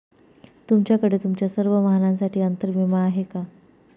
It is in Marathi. तुमच्याकडे तुमच्या सर्व वाहनांसाठी अंतर विमा आहे का